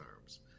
arms